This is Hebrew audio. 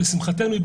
לשמחתנו,